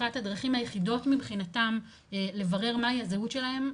אחת הדרכים היחידות מבחינתם לברר מה היא הזהות שלהם,